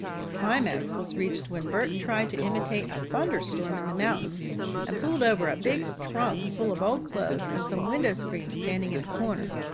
the climax was reached when bert tried to imitate a thunderstorm in the mountains and pulled over a big trunk full of old clothes and some window screens standing in a corner.